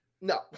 No